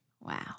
Wow